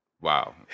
wow